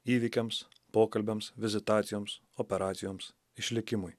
įvykiams pokalbiams vizitacijoms operacijoms išlikimui